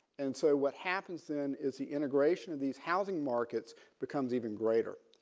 and so what happens then is the integration of these housing markets becomes even greater.